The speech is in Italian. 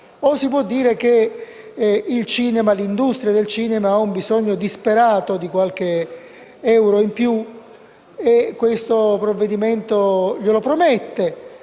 o si può dire che l'industria del cinema ha un bisogno disperato di qualche euro in più, e questo provvedimento glielo promette.